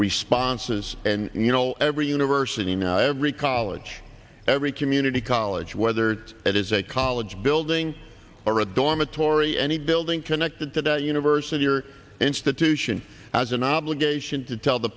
responses and you know every university now every college every community college whether it is a college building or a dormitory any building connected to the university or institution has an obligation to tell the